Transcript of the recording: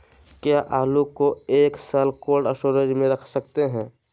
क्या आलू को एक साल कोल्ड स्टोरेज में रख सकते हैं?